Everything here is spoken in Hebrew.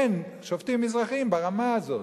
אין שופטים מזרחיים ברמה הזאת.